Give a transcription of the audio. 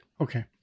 okay